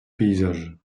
paysage